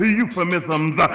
euphemisms